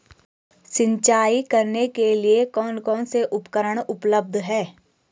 सिंचाई करने के लिए कौन कौन से उपकरण उपलब्ध हैं?